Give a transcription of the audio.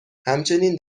همچنین